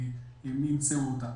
הם ימצאו אותה.